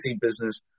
business